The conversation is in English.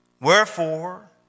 Wherefore